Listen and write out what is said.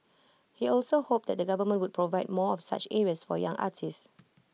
he also hoped that the government would provide more of such areas for young artists